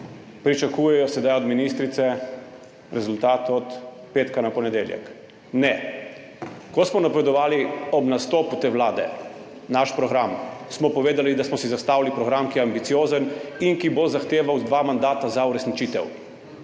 pričakujejo sedaj od ministrice rezultat od petka na ponedeljek. Ne! Ko smo napovedovali ob nastopu te vlade naš program, smo povedali, da smo si zastavili program, ki je ambiciozen in ki bo zahteval dva mandata za uresničitev.